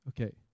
Okay